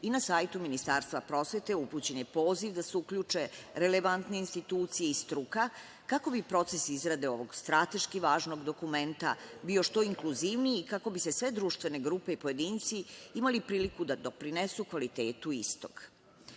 i na sajtu Ministarstva prosvete upućen je poziv da se uključe relevantne institucije i struka, kako bi proces izrade ovog strateški važnog dokumenta bio što inkluzivniji, kako bi sve društvene grupe i pojedinci imali priliku da doprinesu kvalitetu istog. Srpska